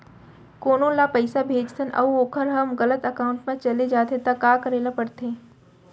कोनो ला पइसा भेजथन अऊ वोकर ह गलत एकाउंट में चले जथे त का करे ला पड़थे?